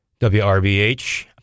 WRBH